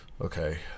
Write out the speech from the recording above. Okay